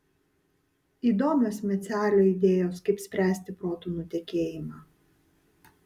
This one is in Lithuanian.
įdomios mecelio idėjos kaip spręsti protų nutekėjimą